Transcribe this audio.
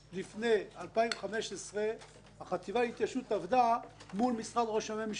לפני 2015 החטיבה להתיישבות עבדה מול משרד ראש הממשלה,